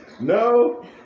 No